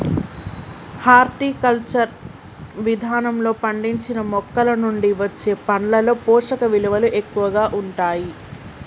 horticulture విధానంలో పండించిన మొక్కలనుండి వచ్చే పండ్లలో పోషకవిలువలు ఎక్కువగా ఉంటాయి